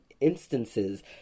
instances